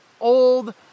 old